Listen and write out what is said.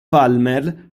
palmer